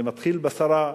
זה מתחיל בשרה,